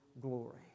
glory